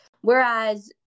whereas